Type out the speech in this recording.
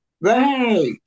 Right